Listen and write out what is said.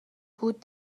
بود